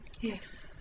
Yes